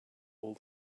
all